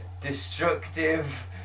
destructive